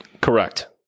Correct